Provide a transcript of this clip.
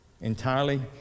entirely